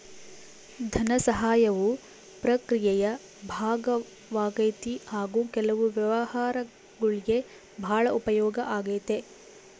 ಧನಸಹಾಯವು ಪ್ರಕ್ರಿಯೆಯ ಭಾಗವಾಗೈತಿ ಹಾಗು ಕೆಲವು ವ್ಯವಹಾರಗುಳ್ಗೆ ಭಾಳ ಉಪಯೋಗ ಆಗೈತೆ